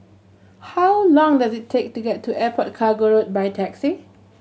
how long does it take to get to Airport Cargo Road by taxi